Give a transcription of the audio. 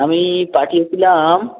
আমি পাঠিয়েছিলাম